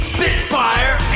Spitfire